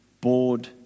bored